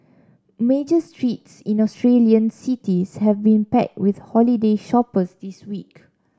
major streets in Australian cities have been packed with holiday shoppers this week